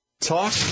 Talk